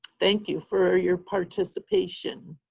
thank you for your participation.